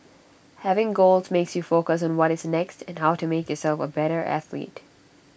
having goals makes you focus on what is next and how to make yourself A better athlete